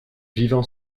vivant